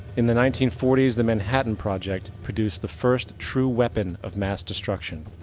in the nineteen forty s the manhattan project produced the first true weapon of mass destruction.